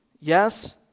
Yes